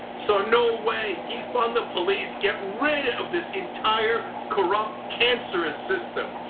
so no way, defund the police, get rid of this entire corrupt, cancerous system.